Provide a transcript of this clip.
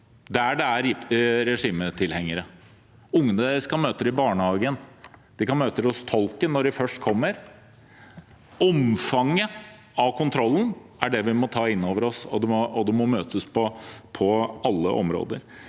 der det er regimetilhengere. Unger kan møte det i barnehagen. De kan møte det hos tolken, når den først kommer. Omfanget av kontrollen er det vi må ta inn over oss, og det må møtes på alle områder.